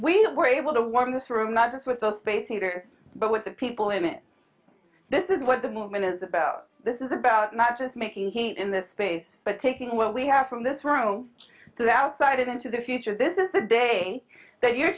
we were able to walk in this room not just with the space heaters but with the people in it this is what the moment is about this is about not just making it in this space but taking what we have from this row to the outside into the future this is the day that your